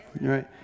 right